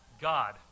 God